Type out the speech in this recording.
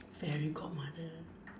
fairy godmother